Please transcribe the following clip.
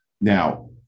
Now